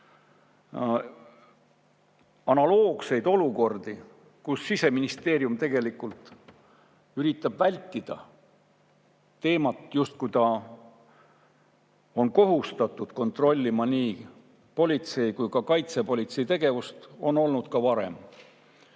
analoogseid olukordi, kus Siseministeerium tegelikult üritab vältida teemat, et ta on kohustatud kontrollima nii politsei kui ka kaitsepolitsei tegevust, on olnud ka varem.